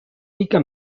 pica